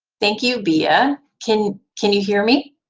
thank you, bia, can can you hear me?